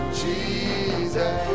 jesus